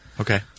Okay